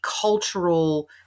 cultural